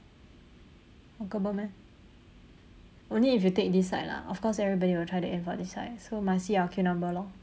walkable meh only if you take this side lah of course everybody will try to aim for this side so must see our queue number lor